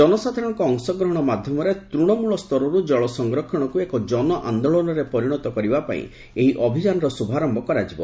ଜନସାଧାରଣଙ୍କ ଅଂଶଗ୍ରହଣ ମାଧ୍ୟମରେ ତୃଣମୂଳସ୍ତରରୁ ଜଳ ସଂରକ୍ଷଣକୁ ଏକ ଜନ ଆନ୍ଦୋଳନରେ ପରିଣତ କରିବା ପାଇଁ ଏହି ଅଭିଯାନର ଶ୍ରଭାରୟ କରାଯିବ